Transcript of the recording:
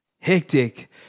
Hectic